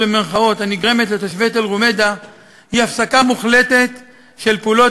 ל"אי-נעימות" הנגרמת לתושבי תל-רומיידה הוא הפסקה מוחלטת של פעולות